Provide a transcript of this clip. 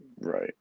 right